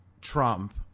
Trump